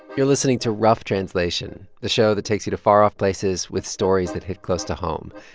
you're listening to rough translation, the show that takes you to far-off places with stories that hit close to home.